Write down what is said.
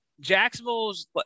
Jacksonville's –